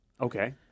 Okay